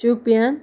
Shopian